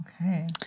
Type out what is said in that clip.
Okay